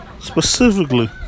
specifically